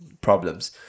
problems